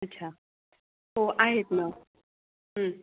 अच्छा हो आहेत ना